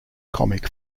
comic